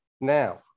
Now